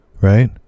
right